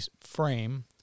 frame